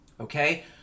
Okay